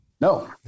No